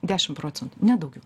dešim procentų ne daugiau